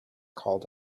called